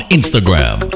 Instagram